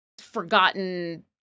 forgotten